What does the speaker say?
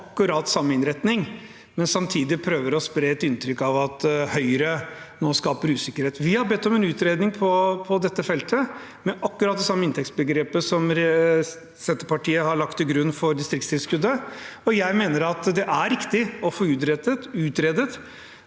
samme innretning, men samtidig prøver å spre et inntrykk av at Høyre nå skaper usikkerhet. Vi har bedt om en utredning på dette feltet, med akkurat det samme inntektsbegrepet som Senterpartiet har lagt til grunn for distriktstilskuddet. Jeg mener det er riktig å få utredet